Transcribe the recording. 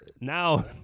Now